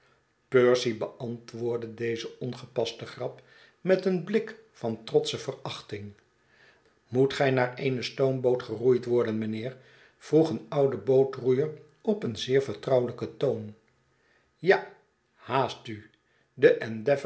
percy beantwoordde deze ongepaste grap met een blik van trotsche verachting moet gij naar eene stoomboot geroeid worden mijnheer vroeg een oude bootroeier op een zeer vertrouwelijken toon ja haast u de